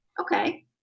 Okay